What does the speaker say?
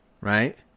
right